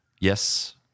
Yes